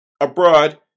abroad